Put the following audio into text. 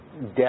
death